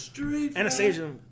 Anastasia